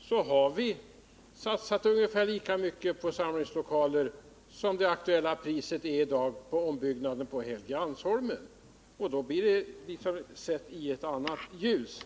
så skall vi finna att det har satsats ungefär lika mycket på samlingslokaler som den aktuella ombyggnaden på Helgeandsholmen kostar. Därmed kommer saken i ett annat ljus.